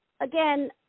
again